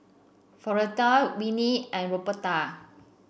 Floretta Winnie and Roberta